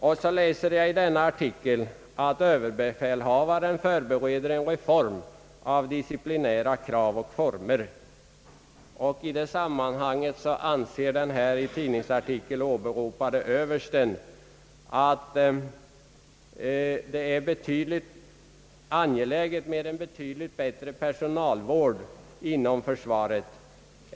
I artikeln sägs att överbefälhavaren förbereder en reform av disciplinära krav och former, och den ifrågavarande översten anser i detta sammanhang att det är angeläget med en betydligt bättre personalvård inom försvaret.